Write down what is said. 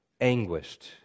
anguished